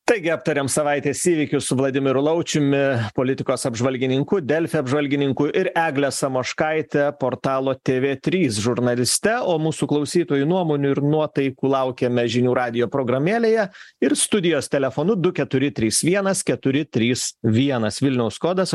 taigi aptariam savaitės įvykius su vladimiru laučiumi politikos apžvalgininku delfi apžvalgininku ir egle samoškaite portalo tv trys žurnaliste o mūsų klausytojų nuomonių ir nuotaikų laukiame žinių radijo programėlėje ir studijos telefonu du keturi trys vienas keturi trys vienas vilniaus kodas